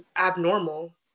abnormal